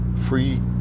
free